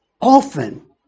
often